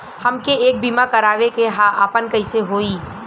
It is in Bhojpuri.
हमके एक बीमा करावे के ह आपन कईसे होई?